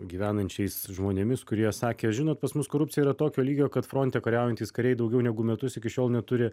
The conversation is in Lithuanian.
gyvenančiais žmonėmis kurie sakė žinot pas mus korupcija yra tokio lygio kad fronte kariaujantys kariai daugiau negu metus iki šiol neturi